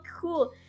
cool